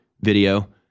video